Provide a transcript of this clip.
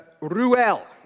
Ruel